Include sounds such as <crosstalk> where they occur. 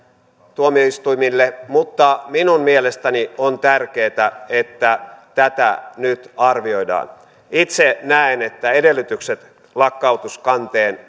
tuomioistuimille mutta minun mielestäni on tärkeätä että tätä nyt arvioidaan itse näen että edellytykset lakkautuskanteen <unintelligible>